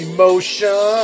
Emotion